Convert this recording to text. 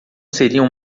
seriam